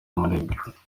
umunebwe